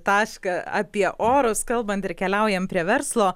tašką apie orus kalbant ir keliaujam prie verslo